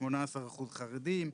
18% חרדים,